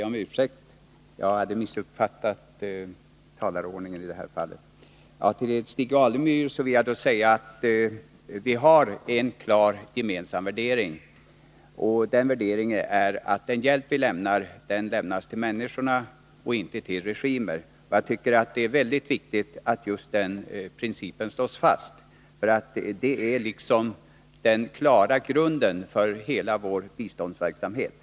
Herr talman! Till Stig Alemyr vill jag säga att vi har en klar gemensam värdering, nämligen att vår hjälp skall lämnas till människor och inte till regimer. Det är enligt min mening mycket viktigt att slå fast denna princip. Den är den klara grunden för hela vår biståndsverksamhet.